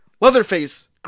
Leatherface